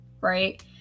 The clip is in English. right